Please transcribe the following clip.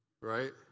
Right